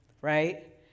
right